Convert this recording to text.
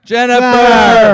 Jennifer